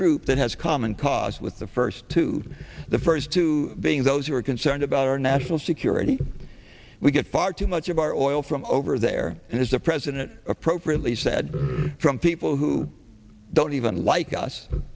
group that has common cause with the first two the first two being those who are concerned about our national security we get far too much of our oil from over there and as the president appropriately said from people who don't even like us